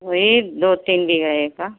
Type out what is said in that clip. वही दो तीन बीघे का